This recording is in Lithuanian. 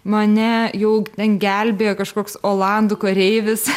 mane jau ten gelbėja kažkoks olandų kareivis